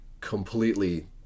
completely